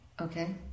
Okay